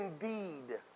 indeed